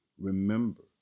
remember